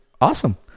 Awesome